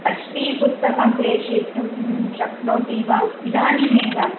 षष्टिः पुस्तकं प्रेषयितुं शक्नोति वा इदानीमेव